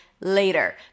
later